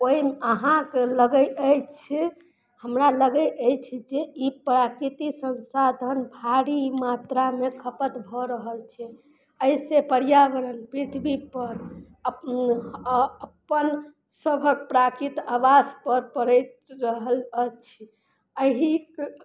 ओइ अहाँके लगय अछि हमरा लगय अछि जे ई प्राकृति संसाधन भारी मात्रामे खपत भऽ रहल छै अइसँ पर्यावरण पृथ्वीपर अपन सभक प्राकृत आवास पर पड़ैत रहल अछि एहि